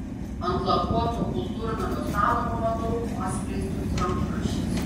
ant lakuoto kultūrnamio stalo pamatau paskleistus rankraščius